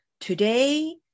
today